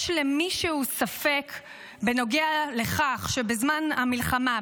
יש למישהו ספק בנוגע לכך שבזמן המלחמה,